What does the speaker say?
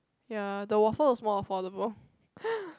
ya the waffle is more affordable